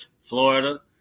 Florida